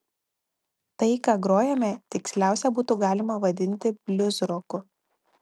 tai ką grojame tiksliausia būtų galima vadinti bliuzroku